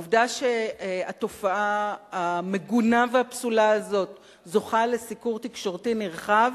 העובדה שהתופעה המגונה והפסולה הזאת זוכה לסיקור תקשורתי נרחב,